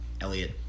Elliot